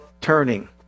turning